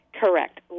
Correct